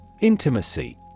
Intimacy